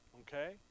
okay